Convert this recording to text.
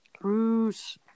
Bruce